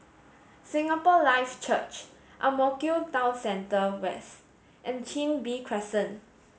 Singapore Life Church Ang Mo Kio Town Center West and Chin Bee Crescent